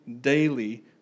daily